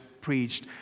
preached